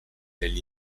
negli